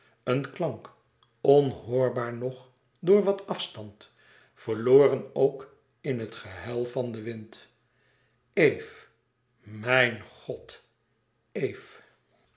een klank onhoorbaar nog door wat afstand verloren ook in het gehuil van den wind eve mijn god eve